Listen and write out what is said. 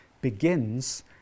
begins